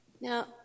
Now